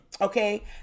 okay